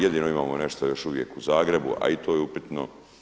Jedino imamo nešto još uvijek u Zagrebu, a i to je upitno.